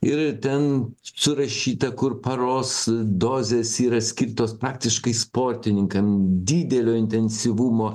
ir ten surašyta kur paros dozės yra skirtos praktiškai sportininkam didelio intensyvumo